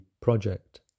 project